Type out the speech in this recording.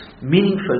meaningful